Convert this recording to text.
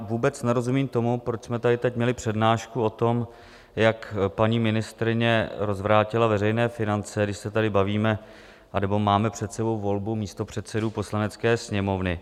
Vůbec nerozumím tomu, proč jsme tady teď měli přednášku o tom, jak paní ministryně rozvrátila veřejné finance, když se tady bavíme anebo máme před sebou volbu místopředsedů Poslanecké sněmovny.